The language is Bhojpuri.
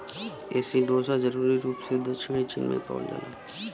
एसिडोसा जरूरी रूप से दक्षिणी चीन में पावल जाला